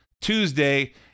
Tuesday